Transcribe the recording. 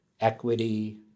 equity